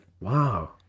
Wow